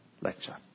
lecture